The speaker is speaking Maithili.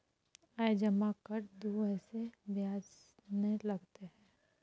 आय जमा कर दू ऐसे ब्याज ने लगतै है?